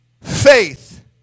faith